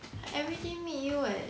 I every day meet you eh